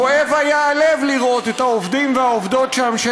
כואב היה הלב לראות את העובדים והעובדות שם,